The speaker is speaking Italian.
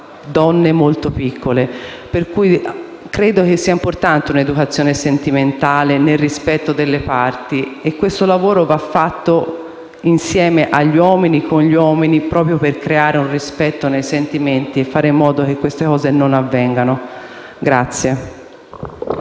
donne molto piccole. Credo, quindi, sia importante un'educazione sentimentale nel rispetto delle parti, e questo lavoro va fatto insieme agli uomini proprio per creare un rispetto dei sentimenti e fare in modo che queste cose non avvengano.